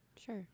sure